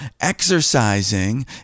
exercising